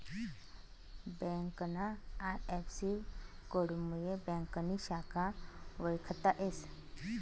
ब्यांकना आय.एफ.सी.कोडमुये ब्यांकनी शाखा वयखता येस